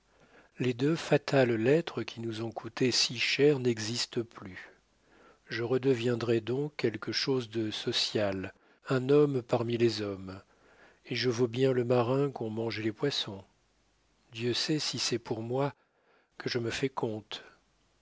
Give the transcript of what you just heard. les deux fatales lettres qui nous ont coûté si cher n'existent plus je redeviendrai donc quelque chose de social un homme parmi les hommes et je vaux bien le marin qu'ont mangé les poissons dieu sait si c'est pour moi que je me fais comte